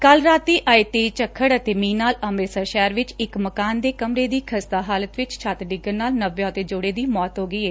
ਕੱਲ ਰਾਤੀ ਆਏ ਤੇਜ ਝੱਖੜ ਅਤੇ ਮੀਹ ਨਾਲ ਅੰਮਿਤਸਰ ਸ਼ਹਿਰ ਵਿਚ ਇਕ ਮਕਾਨ ਦੇ ਕਮਰੇ ਦੀ ਖਸਤਾ ਹਾਲਤ ਵਿੱਚ ਛੱਤ ਡਿੱਗਣ ਨਾਲ ਨਵਵਿਆਹੁਤਾ ਜੋੜੇ ਦੀ ਮੌਤ ਹੋ ਗਈ ਏ